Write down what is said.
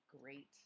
great